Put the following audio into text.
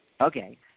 Okay